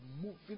moving